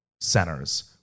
centers